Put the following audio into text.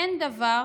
אין דבר